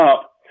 up